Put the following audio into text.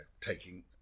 taking